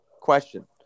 question